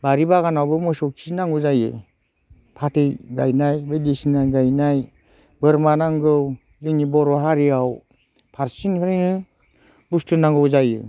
बारि बागानावबो मोसौ खि नांगौ जायो फाथै गायनाय बायदिसिना गायनाय बोरमा नांगौ जोंनि बर' हारियाव फारसिनिफ्रायनो बुस्थु नांगौ जायो